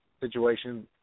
situation